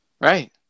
Right